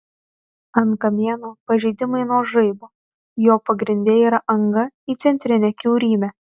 ant kamieno pažeidimai nuo žaibo jo pagrinde yra anga į centrinę kiaurymę